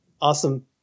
Awesome